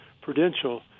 prudential